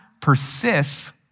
persists